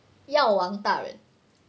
药王大人